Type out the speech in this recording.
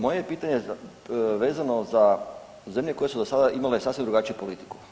Moje je pitanje vezano za zemlje koje su do sada imale sasvim drugačiju politiku.